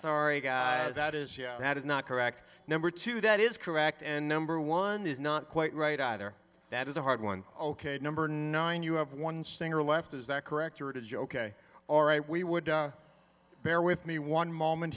sorry guys that is that is not correct number two that is correct and number one is not quite right either that is a hard one ok number nine you have one singer left is that correct or it is you ok all right we would bear with me one moment